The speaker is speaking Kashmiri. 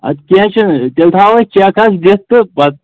اَدٕ کیٚنٛہہ چھُنہٕ تیٚلہِ تھاوَو أسۍ چٮ۪ک حظ دِتھ تہٕ پتہٕ